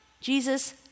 Jesus